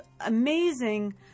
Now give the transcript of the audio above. amazing